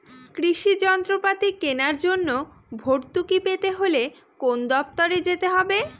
কৃষি যন্ত্রপাতি কেনার জন্য ভর্তুকি পেতে হলে কোন দপ্তরে যেতে হবে?